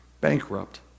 bankrupt